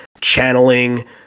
channeling